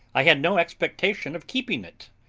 i had no expectation of keeping it,